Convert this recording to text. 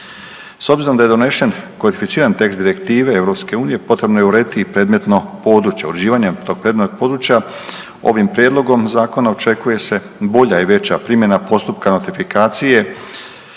S obzirom da je donošen …/nerazumljivo/… tekst direktive EU potrebno je urediti i predmetno područje. Uređivanjem tog predmetnog područja ovim prijedlogom zakona očekuje se bolja i veća primjena postupka notifikacije